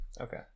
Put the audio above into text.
Okay